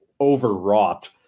overwrought